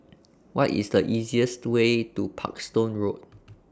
What IS The easiest Way to Parkstone Road